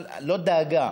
לא דאגה,